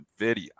NVIDIA